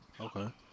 Okay